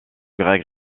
greg